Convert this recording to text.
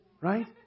right